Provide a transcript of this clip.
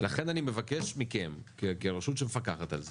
לכן אני מבקש מכם כרשות שמפקחת על זה,